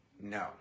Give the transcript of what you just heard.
no